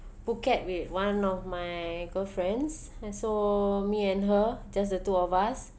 phuket with one of my girlfriends and so me and her just the two of us